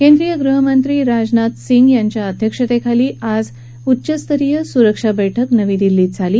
केंद्रीय गृहमंत्री राजनाथ सिंग यांच्या अध्यक्षतेखाली आज उच्चस्तरीय सुरक्षा बैठक झाली